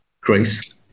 Grace